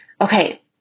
Okay